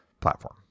platform